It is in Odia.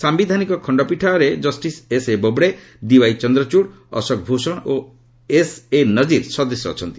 ସାୟିଧାନିକ ଖଣ୍ଡପୀଠରେ ଜଷ୍ଟିସ ଏସ୍ଏବୋବଡେ ଡିୱାଇଚନ୍ଦ୍ରଚଡ଼ଡ ଅଶୋକ ଭୂଷଣ ଓ ଏସ୍ଏ ନଜିର ସଦସ୍ୟ ଅଛନ୍ତି